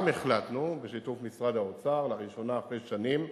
גם החלטנו בשיתוף משרד האוצר, לראשונה אחרי שנים,